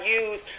use